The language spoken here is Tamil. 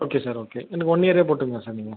ஓகே சார் ஓகே எனக்கு ஒன் இயரே போட்டுங்க சார் நீங்கள்